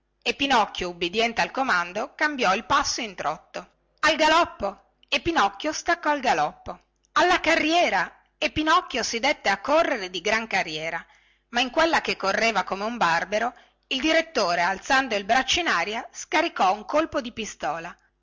e pinocchio ubbidiente al comando cambiò il passo in trotto al galoppo e pinocchio staccò il galoppo alla carriera e pinocchio si dette a correre di gran carriera ma in quella che correva come un barbero il direttore alzando il braccio in aria scaricò un colpo di pistola